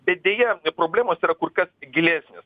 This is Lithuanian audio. bet deja problemos yra kur kas gilesnės